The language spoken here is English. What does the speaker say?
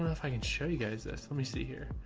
if i can show you guys this. let me see here.